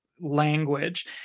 language